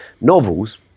novels